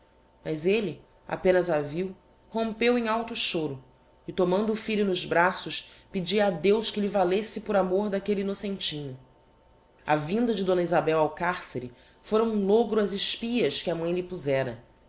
mas elle apenas a viu rompeu em alto choro e tomando o filho nos braços pedia a deus que lhe valesse por amor d'aquelle innocentinho a vinda de d isabel ao carcere fôra um logro ás espias que a mãi lhe pozera